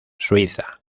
suiza